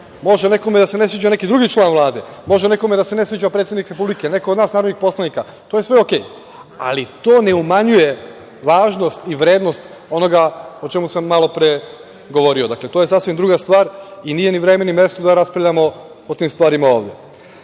može nekome da se ne sviđa neki drugi član Vlade, može nekome da se ne sviđa predsednik Republike, neko od nas narodnih poslanika, to je sve okej, ali to ne umanjuje važnost i vrednost onoga o čemu sam malo pre govorio. Dakle, to je sasvim druga stvar i nije ni vreme ni mesto da raspravljamo o tim stvarima ovde.S